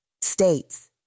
States